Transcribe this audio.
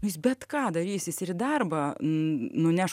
jis bet ką darys jis ir į darbą nuneš